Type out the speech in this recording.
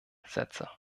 sätze